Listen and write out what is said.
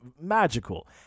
magical